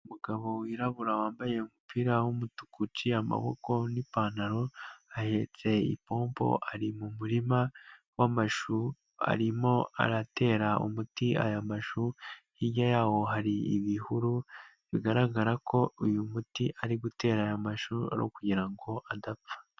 Umugabo wirabura wambaye umupira w'umutuku uciye amaboko n'ipantaro, ahetse ipopo ari mu muririma w'amashu arimo aratera umuti aya mashu, hirya yawo hari ibihuru, bigaragara ko uyu muti ari gutera aya mashu uri ukugira ngo adapfa.